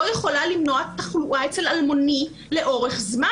יכולה למנוע תחלואה אצל אלמוני לאורך זמן.